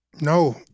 No